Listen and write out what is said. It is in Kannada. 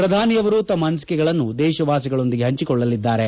ಪ್ರಧಾನಿಯವರು ತಮ್ಮ ಅನಿಸಿಕೆಗಳನ್ನು ದೇಶವಾಸಿಗಳೊಂದಿಗೆ ಹಂಚಿಕೊಳ್ಲಲಿದ್ದಾರೆ